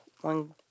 one